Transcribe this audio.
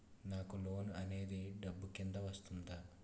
నాకు లోన్ అనేది డబ్బు కిందా వస్తుందా?